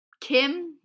kim